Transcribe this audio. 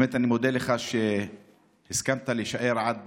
באמת אני מודה לך על שהסכמת להישאר עד